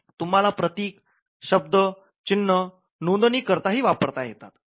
तुम्हाला प्रतीक शब्द आणि चिन्ह नोंदणी न करताही वापरता येतात